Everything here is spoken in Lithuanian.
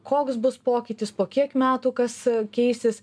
koks bus pokytis po kiek metų kas keisis